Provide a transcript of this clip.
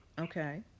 okay